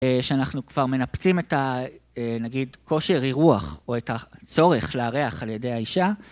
שאנחנו כבר מנפצים את הנגיד, כושר אירוח, או את הצורך לארח על ידי האישה